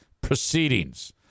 proceedings